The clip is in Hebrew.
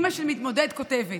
אימא של מתמודד כותבת: